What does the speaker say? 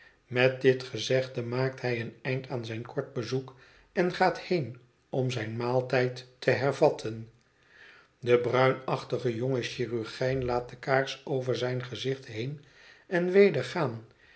met dit gezegde maakt hij een eind aan zijn kort bezoek en gaat heen om zijn maaltijd te hervatten de bruinachtige jonge chirurgijn laat de kaars over het gezicht heen en weder